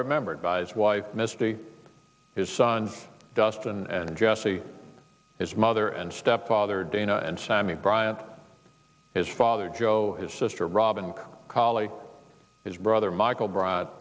remembered by his wife misty his son dust and jessie his mother and stepfather dana and sammy bryant his father joe his sister robin collie his brother michael br